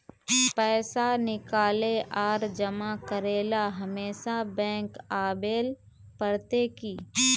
पैसा निकाले आर जमा करेला हमेशा बैंक आबेल पड़ते की?